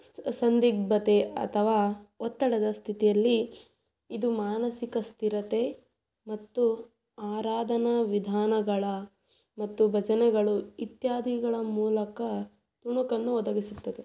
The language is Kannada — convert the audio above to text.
ಸ್ ಸಂದಿಗ್ಧತೆ ಅಥವಾ ಒತ್ತಡದ ಸ್ಥಿತಿಯಲ್ಲಿ ಇದು ಮಾನಸಿಕ ಸ್ಥಿರತೆ ಮತ್ತು ಆರಾಧನಾ ವಿಧಾನಗಳ ಮತ್ತು ಭಜನೆಗಳು ಇತ್ಯಾದಿಗಳ ಮೂಲಕ ತುಣುಕನ್ನು ಒದಗಿಸುತ್ತದೆ